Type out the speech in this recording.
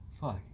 fuck